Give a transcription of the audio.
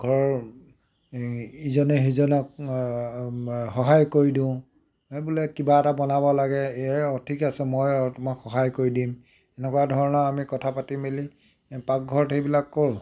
ঘৰৰ ইজনে সিজনক সহায় কৰি দিওঁ এই বোলে কিবা এটা বনাব লাগে এই অঁ ঠিক আছে মই তোমাক সহায় কৰি দিম এনেকুৱা ধৰণৰ আমি কথা পাতি মেলি পাকঘৰত সেইবিলাক কৰোঁ